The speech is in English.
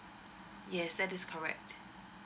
yes that is correct